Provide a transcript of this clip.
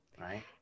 right